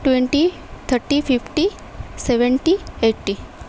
twenty thirty fifty seventy eighty